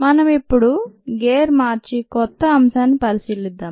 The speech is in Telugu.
మనం ఇప్పుడు రిఫర్ టైమ్ 1057 గేరు మార్చి కొత్త అంశాన్ని పరిశీలిద్దాం